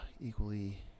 equally